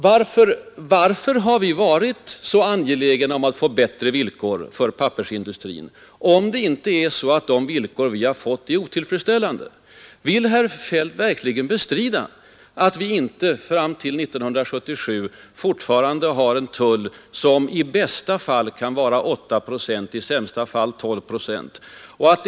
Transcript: Varför har regeringen varit så angelägen om att få bättre villkor för pappersindustrin, om det inte var så, att de villkor vi har fått är otillfredsställande? Vill herr Feldt verkligen bestrida att vi fram till 1977 fortfarande har tull på papper som i b ästa fall kan vara 8 procent och i sämsta fall 12 procent?